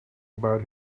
about